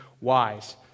wise